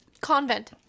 Convent